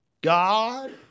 God